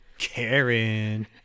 karen